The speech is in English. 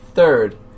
Third